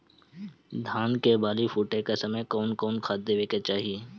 धान के बाली फुटे के समय कउन कउन खाद देवे के चाही?